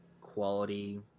quality